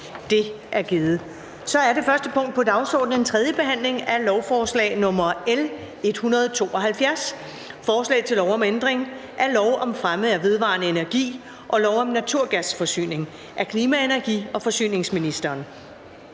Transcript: Det er givet. --- Det første punkt på dagsordenen er: 1) 3. behandling af lovforslag nr. L 172: Forslag til lov om ændring af lov om fremme af vedvarende energi og lov om naturgasforsyning. (Bemyndigelse til midlertidig